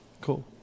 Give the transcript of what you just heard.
cool